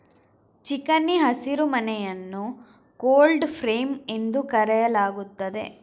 ಚಿಕಣಿ ಹಸಿರುಮನೆಯನ್ನು cold frame ಎಂದು ಕರೆಯಲಾಗುತ್ತದೆ